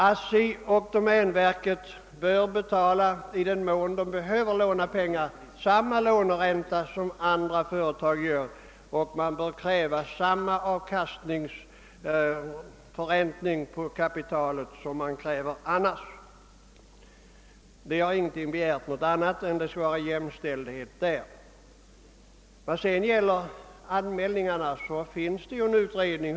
ASSI och domänverket bör i den mån de behöver låna upp pengar betala samma låneränta som andra företag gör, och man bör av dem kräva samma ränteavkastning på kapitalet som vad som fordras i andra fall. Vi har inte begärt annat än att förhållandena därvidlag skall vara desamma som i övrigt. Vad sedan beträffar allmänningarna föreligger det ju en utredning.